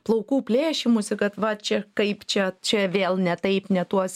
plaukų plėšymųsi kad va čia kaip čia čia vėl ne taip ne tuos